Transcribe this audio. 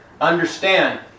understand